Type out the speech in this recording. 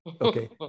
okay